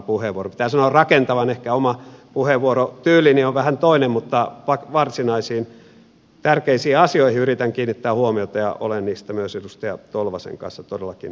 pitää sanoa rakentavan ehkä oma puheenvuorotyylini on vähän toinen mutta varsinaisiin tärkeisiin asioihin yritän kiinnittää huomiota ja olen niistä myös edustaja tolvasen kanssa todellakin samaa mieltä